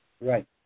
Right